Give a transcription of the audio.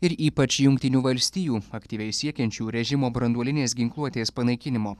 ir ypač jungtinių valstijų aktyviai siekiančių režimo branduolinės ginkluotės panaikinimo